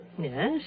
Yes